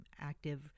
active